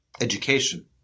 education